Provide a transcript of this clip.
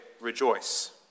rejoice